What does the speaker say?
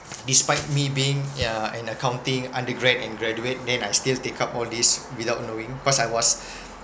despite me being yeah an accounting undergrad and graduate then I still take up all these without knowing cause I was